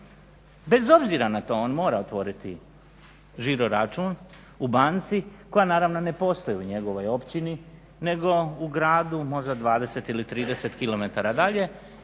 bez obzira na to on mora otvoriti žiroračun u banci koja naravno ne postoji u njegovoj općini nego u gradu možda 20 ili 30km dalje